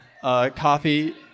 coffee